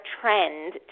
trend